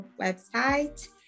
website